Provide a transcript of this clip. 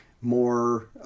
more